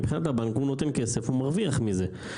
מבחינת הבנק הוא נותן כסף, הוא מרוויח מזה.